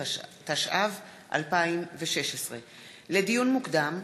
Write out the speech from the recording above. התשע"ו 2016. לדיון מוקדם: